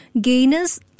Gainers